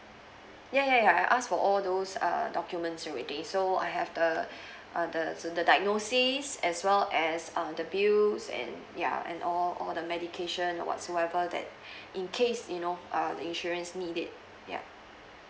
ya ya ya I ask for all those err documents already so I have the uh the the diagnosis as well as um the bills and ya and all all the medication or whatsoever that in case you know err insurance need it ya